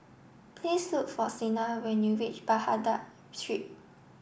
please look for Sina when you reach Baghdad Street